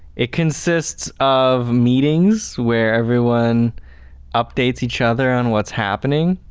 it consists of meetings where everyone updates each other on what's happening.